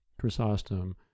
Chrysostom